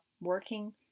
working